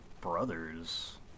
Brothers